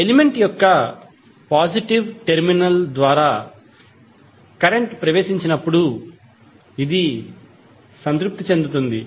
element యొక్క positive terminal ద్వారా current ప్రవేశించినప్పుడు ఇది సంతృప్తి చెందుతుంది